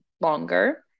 longer